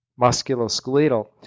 musculoskeletal